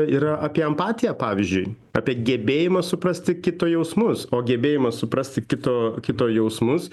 yra apie empatiją pavyzdžiui apie gebėjimą suprasti kito jausmus o gebėjimas suprasti kito kito jausmus